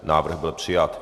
Návrh byl přijat.